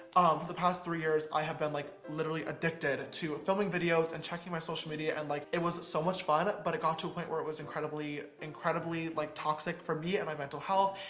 the past three years, i have been like literally addicted to filming videos and checking my social media, and like it was so much fun, but it got to a point where it was incredibly, incredibly like toxic for me and my mental health,